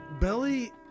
Belly